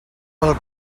pel